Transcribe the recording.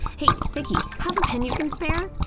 hey, vicki! have a pen you can spare?